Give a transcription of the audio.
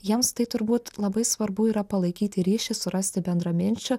jiems tai turbūt labai svarbu yra palaikyti ryšį surasti bendraminčių